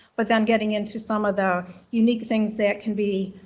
but then getting into some of the unique things that can be